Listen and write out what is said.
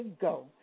go